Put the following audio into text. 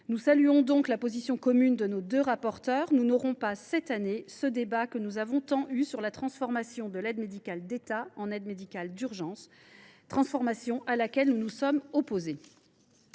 Nous saluons donc la position commune de nos deux rapporteurs. Nous n’aurons pas, cette année, ce débat que nous avons tant eu sur la transformation de l’aide médicale de l’État en aide médicale d’urgence, transformation à laquelle nous nous sommes opposés.